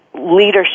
leadership